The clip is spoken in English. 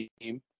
team